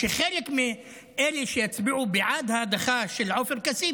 וחלק מאלה שיצביעו בעד ההדחה של עופר כסיף,